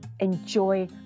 enjoy